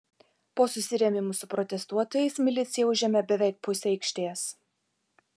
po susirėmimų su protestuotojais milicija užėmė beveik pusę aikštės